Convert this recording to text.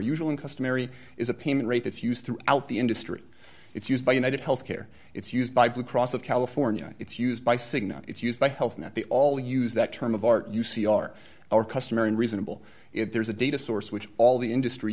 usual and customary is a payment rate that's used throughout the industry it's used by united health care it's used by blue cross of california it's used by cigna it's used by health net they all use that term of art you see are our customer and reasonable if there's a data source which all the industry